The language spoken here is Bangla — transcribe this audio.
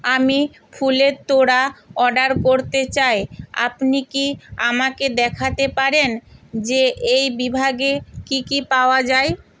আমি ফুলের তোড়া অর্ডার করতে চাই আপনি কি আমাকে দেখাতে পারেন যে এই বিভাগে কী কী পাওয়া যায়